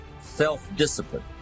self-discipline